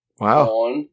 Wow